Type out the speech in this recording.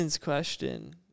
question